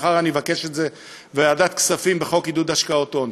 מחר אני אבקש את זה בוועדת הכספים בחוק לעידוד השקעות הון: